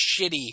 shitty